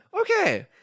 Okay